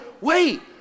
wait